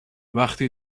وقتی